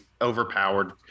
overpowered